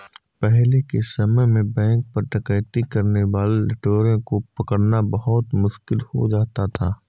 पहले के समय में बैंक पर डकैती करने वाले लुटेरों को पकड़ना बहुत मुश्किल हो जाता था